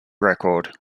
record